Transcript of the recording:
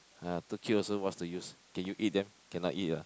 ah too cute also what's the use can you eat them cannot eat ah